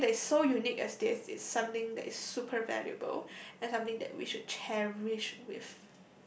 something that is so unique as this is something that is super valuable and something that we should cherish with